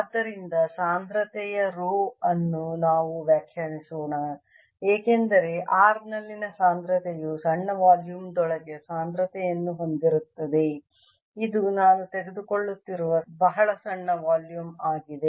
ಆದ್ದರಿಂದ ಸಾಂದ್ರತೆಯ ರೋ ಅನ್ನು ನಾವು ವ್ಯಾಖ್ಯಾನಿಸೋಣ ಏಕೆಂದರೆ r ನಲ್ಲಿನ ಸಾಂದ್ರತೆಯು ಸಣ್ಣ ವಾಲ್ಯೂಮ್ ದೊಳಗೆ ಸಾಂದ್ರತೆಯನ್ನು ಹೊಂದಿರುತ್ತದೆ ಇದು ನಾನು ತೆಗೆದುಕೊಳ್ಳುತ್ತಿರುವ ಬಹಳ ಸಣ್ಣ ವಾಲ್ಯೂಮ್ ಆಗಿದೆ